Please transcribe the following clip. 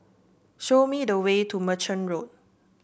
show me the way to Merchant Road